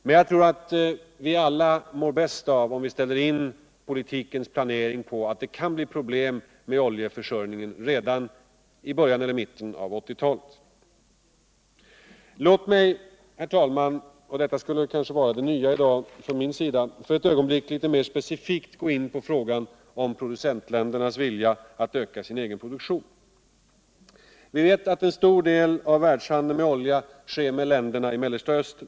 Men jag tror att vi alla mår bäst av att vi ställer in politikens planering på att det kan bli problem med oljeförsörjningen redan i början eller mitten av 1980-talet. Låt mig, herr talman — och detta skulle kanske vara det nya i dag från min sida — för ett ögonblick litet mer specifikt gå in på frågan om producentuländernas vilja att öka sin egen produktion. Vi vet att en stor del av världshandeln med olja sker med länderna i Mellersta Östern.